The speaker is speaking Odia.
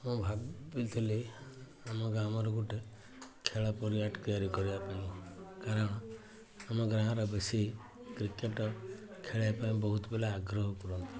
ମୁଁ ଭାବିଥିଲି ଆମ ଗ୍ରାମରେ ଗୋଟେ ଖେଳ ପଡ଼ିଆଟେ ତିଆରି କରିବା ପାଇଁ କାରଣ ଆମ ଗାଁର ବେଶୀ କ୍ରିକେଟ ଖେଳିବା ପାଇଁ ବହୁତ ପିଲା ଆଗ୍ରହ ହୁଅନ୍ତି